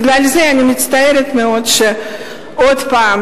לכן אני מצטערת מאוד שעוד פעם